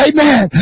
Amen